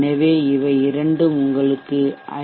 எனவே இவை இரண்டும் உங்களுக்கு ஐ